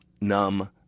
numb